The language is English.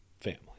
family